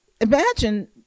imagine